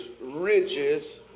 riches